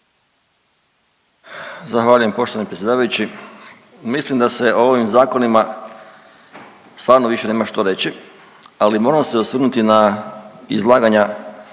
Zahvaljujem poštovani predsjedavajući. Mislim da se o ovim zakonima stvarano više nema što reći, ali moram se osvrnuti na izlaganja